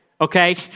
okay